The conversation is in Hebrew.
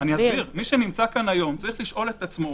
מי שנמצא פה היום צריך לשאול את עצמו